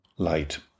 light